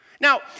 Now